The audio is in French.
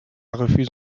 refuse